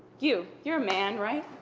you. you're a man right?